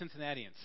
Cincinnatians